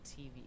TV